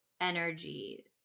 energy